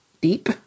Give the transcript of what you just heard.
deep